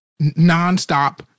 nonstop